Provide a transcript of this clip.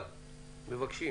אבל מבקשים